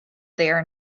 there